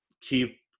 keep